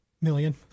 million